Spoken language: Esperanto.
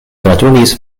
gratulis